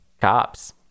Cops